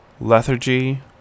lethargy